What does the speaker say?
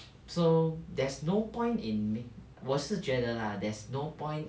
so there's no point in mak~ 我是觉得 lah there's no point